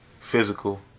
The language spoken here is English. physical